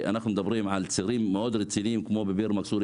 אנחנו מדברים על צירים מרכזיים כמו דיר מכסור,